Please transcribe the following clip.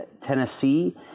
Tennessee